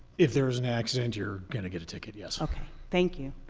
if there's an accident, you're going to get a ticket, yes. okay. thank you.